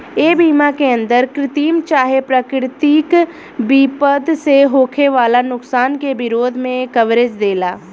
ए बीमा के अंदर कृत्रिम चाहे प्राकृतिक विपद से होखे वाला नुकसान के विरोध में कवरेज देला